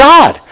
God